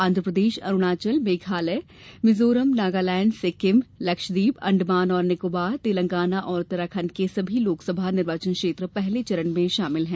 आन्ध प्रदेश अरूणाचल प्रदेश मेघालय मिजोरम नगालैंड सिक्किम लक्षद्वीप अंडमान और निकोबार तेलंगाना और उत्तराखंड के सभी लोकसभा निर्वाचन क्षेत्र पहले चरण में शामिल हैं